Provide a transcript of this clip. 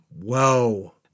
Whoa